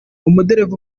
umudereva